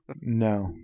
No